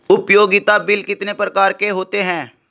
उपयोगिता बिल कितने प्रकार के होते हैं?